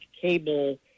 cable